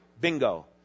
Bingo